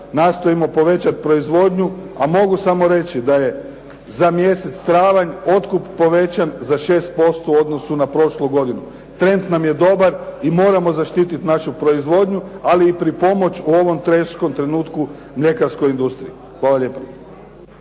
nastojimo povećat proizvodnju. A mogu samo reći da je za mjesec travanj otkup povećan za 6% u odnosu na prošlu godinu. Trend nam je dobar i moramo zaštitit našu proizvodnju, ali i pripomoć u ovom teškom trenutku mljekarskoj industriji. Hvala lijepo.